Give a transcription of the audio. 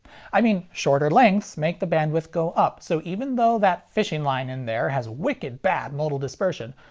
i mean, shorter lengths make the bandwidth go up, so even though that fishing line in there has wicked bad modal dispersion,